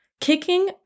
kicking